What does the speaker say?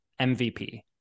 MVP